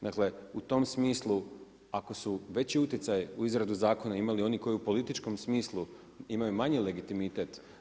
Dakle, u tom smislu ako su veći utjecaji u izradi zakona imali oni koji u političkom smislu imaju manji legitimitet.